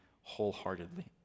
wholeheartedly